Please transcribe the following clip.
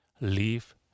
Leave